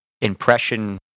impression